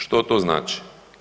Što to znači?